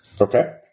Okay